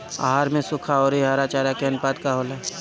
आहार में सुखा औरी हरा चारा के आनुपात का होला?